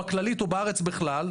בכללית או בארץ בכלל,